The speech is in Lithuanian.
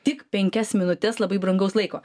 tik penkias minutes labai brangaus laiko